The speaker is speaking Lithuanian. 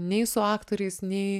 nei su aktoriais nei